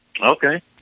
Okay